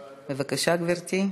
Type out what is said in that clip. בבקשה, גברתי.